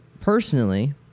personally